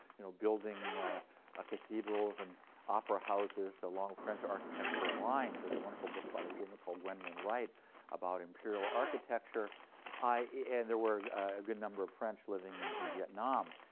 you know building ah cathedrals and opera houses along french architectural lines there's a wonderful book by a woman called gwendolyn wright about imperial architecture and there were a good number of french living and in vietnam.